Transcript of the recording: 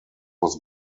was